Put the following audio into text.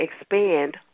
expand